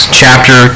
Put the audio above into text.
chapter